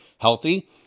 healthy